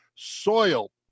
soil